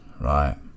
right